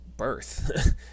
birth